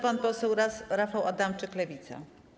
Pan poseł Rafał Adamczyk, Lewica.